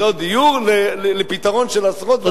יחידות דיור לפתרון של עשרות ואלפים.